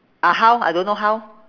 ah how I don't know how